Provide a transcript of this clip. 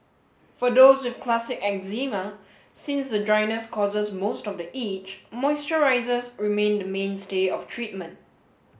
for those with classic eczema since the dryness causes most of the itch moisturisers remain the mainstay of treatment